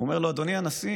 הוא אומר לו: אדוני הנשיא,